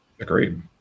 Agreed